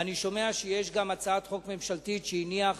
ואני שומע שיש גם הצעת חוק ממשלתית שהניח